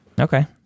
Okay